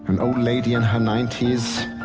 and old lady in her ninety s,